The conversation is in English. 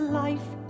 life